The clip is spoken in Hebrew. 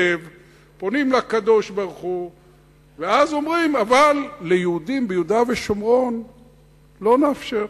פונים לקדוש-ברוך-הוא ואז אומרים: אבל ליהודים ביהודה ושומרון לא נאפשר.